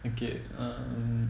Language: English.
okay um